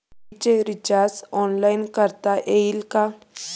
TV चे recharge online करता येईल का?